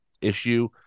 issue